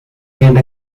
gained